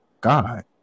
God